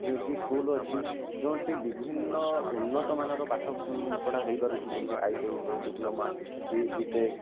ଯୋଉକି school ଅଛି ଯେଉଁଟି ବିଭିନ୍ନ ଉନ୍ନତମାନର ପାଠ ପଢ଼ା ହୋଇପାରୁଛି ଯେମିତି ଆଇ ଟି ଆଇ ହେଉ ଡିପ୍ଲୋମା କି ବିଟେକ୍